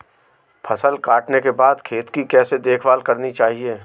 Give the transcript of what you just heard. फसल काटने के बाद खेत की कैसे देखभाल करनी चाहिए?